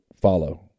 follow